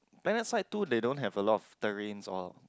planet side two they don't have a lot of terrains or